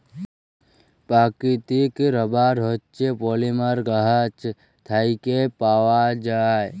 পাকিতিক রাবার হছে পলিমার গাহাচ থ্যাইকে পাউয়া যায়